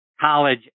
college